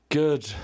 good